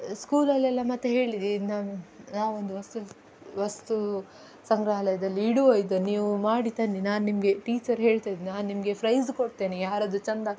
ಸ್ಕೂಲಲ್ಲೆಲ್ಲ ಮತ್ತೆ ಹೇಳಿದೆ ಇದು ನಾನು ನಾವೊಂದು ವಸ್ತು ವಸ್ತು ಸಂಗ್ರಹಾಲಯದಲ್ಲಿ ಇಡುವ ಇದನ್ನ ನೀವು ಮಾಡಿ ತನ್ನಿ ನಾನು ನಿಮಗೆ ಟೀಚರ್ ಹೇಳ್ತಾಯಿದ್ದರು ನಾನು ನಿಮಗೆ ಫ್ರೈಸ್ ಕೊಡ್ತೇನೆ ಯಾರದ್ದು ಚೆಂದ ಆಗ್ತದೆ